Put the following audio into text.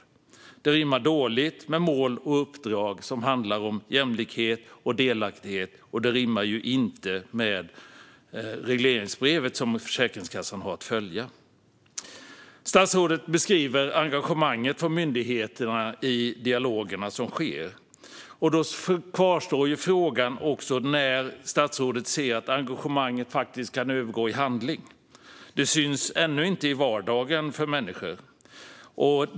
Detta rimmar dåligt med mål och uppdrag som handlar om jämlikhet och delaktighet, och det stämmer dåligt överens med det regleringsbrev som Försäkringskassan har att följa. Statsrådet beskriver engagemanget från myndigheten i de dialoger som sker. Då kvarstår frågan: När ser statsrådet att engagemanget faktiskt övergår i handling? Det syns ännu inte i vardagen för människor.